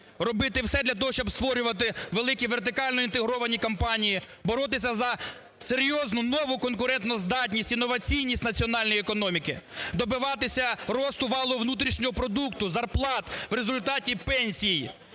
робити все для того, щоб створювати великі вертикально інтегровані компанії, боротися за серйозну нову конкурентоздатність, інноваційність національної економіки, добиватися росту валового внутрішнього продукту, зарплат, в результаті – пенсій